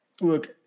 look